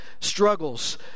struggles